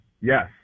Yes